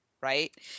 right